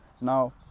Now